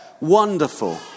wonderful